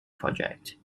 project